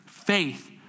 faith